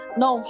no